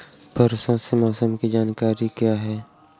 परसों के मौसम की जानकारी क्या है?